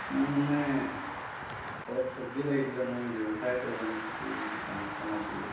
মানে অলপ চব্জি লাগিছিলে মই ব্যৱসায় কৰোঁ মানে খেতি দোকান এখনত দিওঁ